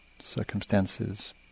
circumstances